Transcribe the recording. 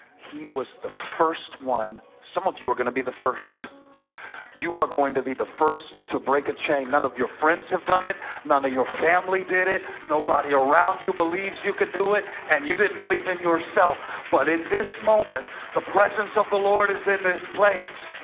he was the first one some of you are gonna be the first you are going to be the first to break a chain none of your friends have done it none of your family did it nobody around you believes you can do it, and you didn't believe in yourself but in this moment the presence of the lord is in this place